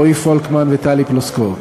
רועי פולקמן וטלי פלוסקוב.